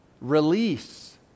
release